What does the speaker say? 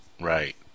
Right